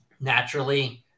naturally